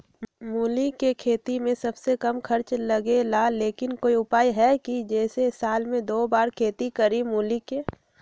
मूली के खेती में सबसे कम खर्च लगेला लेकिन कोई उपाय है कि जेसे साल में दो बार खेती करी मूली के?